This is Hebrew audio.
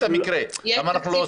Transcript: אם אנחנו בונים